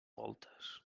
voltes